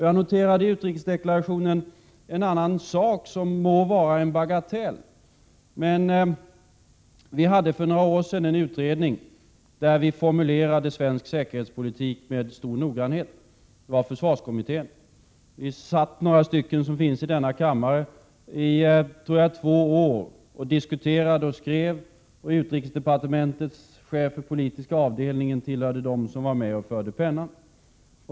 Jag noterade i utrikesdeklarationen en annan sak, som må vara en bagatell. Vi hade för några år sedan en utredning där vi med stor noggrannhet formulerade svensk säkerhetspolitik. Det var försvarskommittén. Vi satt, några stycken som finns i denna kammare, i tror jag två år och diskuterade och skrev. Utrikesdepartementets chef för den politiska avdelningen tillhörde dem som var med och förde pennan.